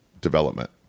development